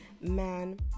man